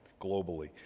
globally